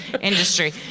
industry